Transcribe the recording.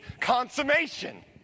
consummation